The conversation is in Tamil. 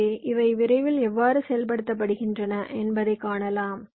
எனவே இவை விரைவில் எவ்வாறு செயல்படுத்தப்படுகின்றன என்பதை காணலாம்